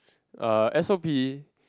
uh S_O_P